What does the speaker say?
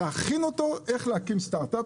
כדי להכין אותו איך להקים סטארט אפ.